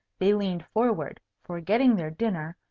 they leaned forward, forgetting their dinner,